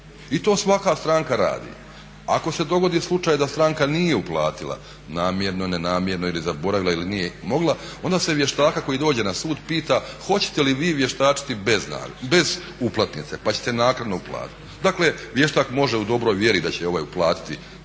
I to svaka stranka radi. Ako se dogodi slučaj da stranka nije uplatila, namjerno, nenamjerno ili zaboravila ili nije mogla onda se vještaka koji dođe na sud pita hoćete li vi vještačiti bez uplatnice pa ćete naknadno uplatiti? Dakle, vještak može u dobroj vjeri da će ovaj uplatiti